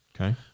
Okay